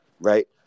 right